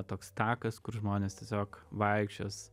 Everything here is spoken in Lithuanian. toks takas kur žmonės tiesiog vaikščios